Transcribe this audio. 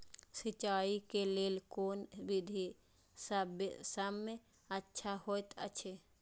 सिंचाई क लेल कोन विधि सबसँ अच्छा होयत अछि?